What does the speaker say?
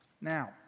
Now